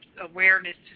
awareness